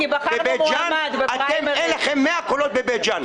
בבית ז'אן אין לכם 100 קולות.